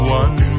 one